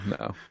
no